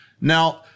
Now